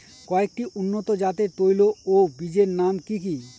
কয়েকটি উন্নত জাতের তৈল ও বীজের নাম কি কি?